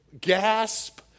gasp